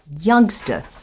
Youngster